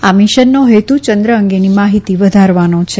આ મિશનનો હેતુ ચંદ્ર અંગેની માહિતી વધારવાનો છે